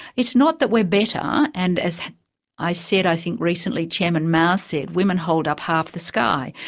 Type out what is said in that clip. it's not that we're better, and as i said i think recently, chairman mao said women hold up half the sky.